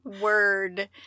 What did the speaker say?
word